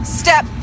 step